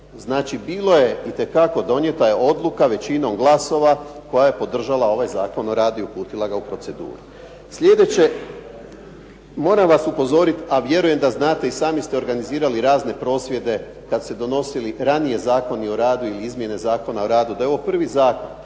Znači bilo je itekako, donijeta je odluka većinom glasova koja je podržala ovaj Zakon o radu i uputila ga u proceduru. Sljedeće, moram vas upozoriti, a vjerujem da znate i sami ste organizirali razne prosvjede kada se donosio i ranije Zakon o radu ili izmjene Zakona o radu da je ovo prvi zakon